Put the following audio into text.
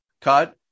cut